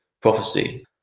prophecy